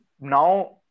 now